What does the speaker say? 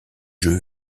jeux